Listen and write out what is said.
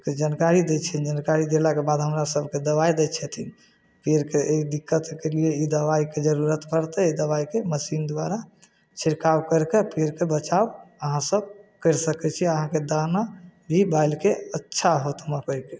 ओहिके जानकरी दै छिअनि जानकारी देलाके बाद हमरासभके दवाइ दै छथिन पेड़के ई दिक्कतके लिए ई दवाइके जरूरत पड़तै एहि दवाइके मशीन द्वारा छिड़काव करिकऽ पेड़के बचाव अहाँसभ करि सकै छी अहाँके दाना भी बाइलके अच्छा होत मकइके